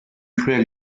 cruelle